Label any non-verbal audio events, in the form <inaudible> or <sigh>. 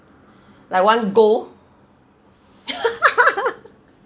like one gold <laughs>